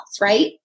right